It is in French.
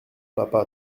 papa